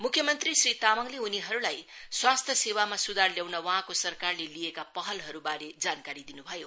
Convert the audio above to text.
मुख्य मंत्री श्री तामाङले उनीहरूलाई स्वास्थ्य सेवामा सुधार ल्याउन वहाँको सरकारले लिएका पहलहरूबारे जानकारी दिन् भयो